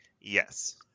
Yes